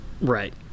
Right